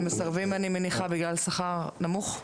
מסרבים, אני מניחה, בגלל השכר הנמוך?